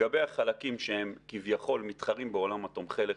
לגבי החלקים שהם כביכול מתחרים בעולם תומכי הלחימה,